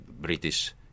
British